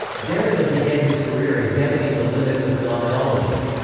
derrida began his career examining the limits of phenomenology.